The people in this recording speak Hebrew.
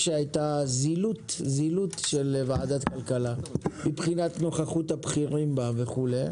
שהייתה זילות של ועדת הכלכלה מבחינת נוכחות הבכירים בה וכו'.